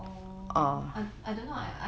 orh I don't know I I